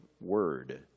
word